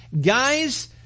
guys